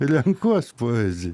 renkuos poeziją